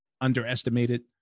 underestimated